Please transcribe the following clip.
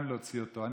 להוציא אותו.